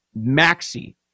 maxi